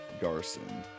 Garson